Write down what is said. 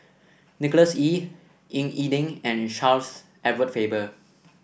Nicholas Ee Ying E Ding and Charles Edward Faber